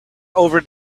over